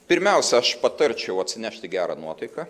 pirmiausia aš patarčiau atsinešti gerą nuotaiką